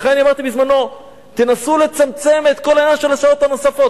לכן אמרתי בזמנו: תנסו לצמצם את כל העניין של השעות הנוספות,